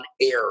air